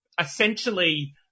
essentially